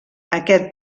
aquest